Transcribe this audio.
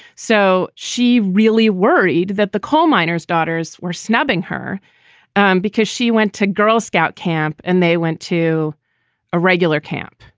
so she really worried that the coal miner's daughters were snubbing her and because she went to girl scout camp and they went to a regular camp.